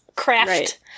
craft